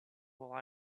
while